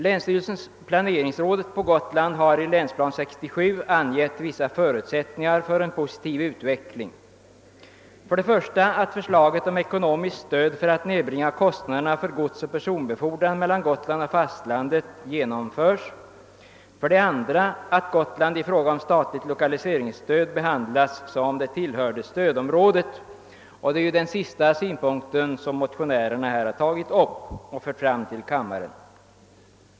Länsstyrelsen och planeringsrådet på Gotland har i Länsplanering 1967 angett vissa förutsättningar för en positiv utveckling, nämligen för det första att förslaget om ekonomiskt stöd för att nedbringa kostnaderna för godsoch personbefordran mellan Gotland och fastlandet genomförs och för det andra att Gotland i fråga om statligt lokaliseringsstöd behandlas såsom tillhörande stödområdet. Det är den sistnämnda synpunkten som motionärerna tagit upp.